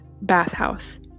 Bathhouse